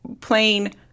playing